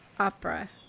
opera